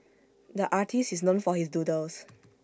the artist is known for his doodles